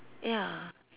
ya